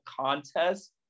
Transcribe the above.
contest